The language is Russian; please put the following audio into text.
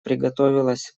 приготовилась